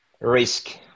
Risk